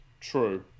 true